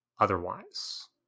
otherwise